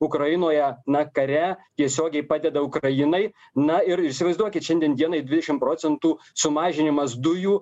ukrainoje na kare tiesiogiai padeda ukrainai na ir įsivaizduokit šiandien dienai dvidešim procentų sumažinimas dujų